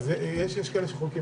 יש כאלה שחולקים